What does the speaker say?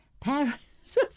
parents